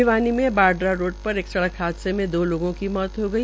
भिवानी में बाढ़सा रोड पर एक सड़क हादसे में दो लोगों की मौत हो गई